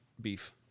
beef